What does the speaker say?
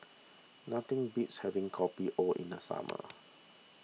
nothing beats having Kopi O in the summer